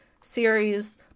series